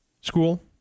School